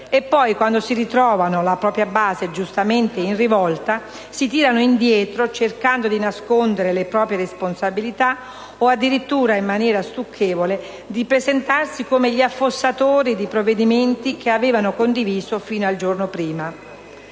e poi, quando si ritrovano la propria base giustamente in rivolta, si tirano indietro cercando di nascondere le proprie responsabilità o addirittura, in maniera stucchevole, di presentarsi come gli affossatori di provvedimenti che avevano condiviso fino al giorno prima.